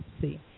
See